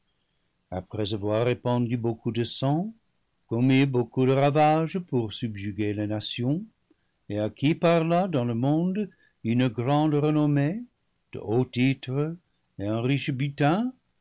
après avoir répandu beaucoup de sang commis beaucoup de ravages pour subjuguer les na tions et acquis par là dans le monde une grande renommée de hauts titres et un riche butin